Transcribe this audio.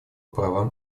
правам